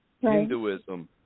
Hinduism